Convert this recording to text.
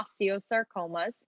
osteosarcomas